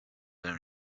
own